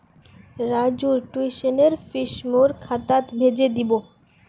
राजूर ट्यूशनेर फीस मोर खातात भेजे दीबो